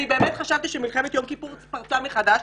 אני חשבתי שמלחמת יום כיפור פרצה מחדש.